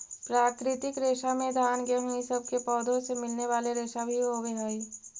प्राकृतिक रेशा में घान गेहूँ इ सब के पौधों से मिलने वाले रेशा भी होवेऽ हई